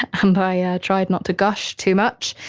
and um but yeah tried not to gush too much.